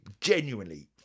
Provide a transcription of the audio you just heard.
genuinely